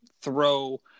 throw